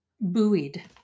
buoyed